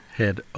head